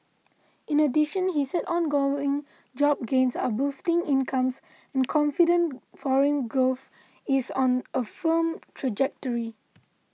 in addition he said ongoing job gains are boosting incomes and confidence foreign growth is on a firm trajectory